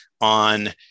on